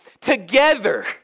together